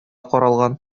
каралган